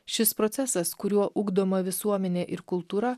šis procesas kuriuo ugdoma visuomenė ir kultūra